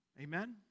Amen